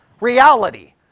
reality